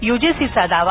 युजीसीचा दावा